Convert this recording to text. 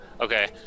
Okay